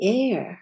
air